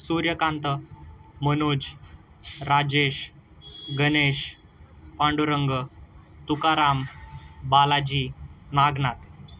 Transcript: Suryakant Manoj Rajesh Ganesh Pandurang Tukaram Balaji Nagnath